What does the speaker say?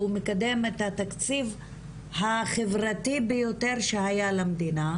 שהוא מקדם את התקציב החברתי ביותר שהיה למדינה,